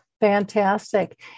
Fantastic